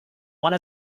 one